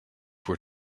were